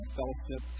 fellowship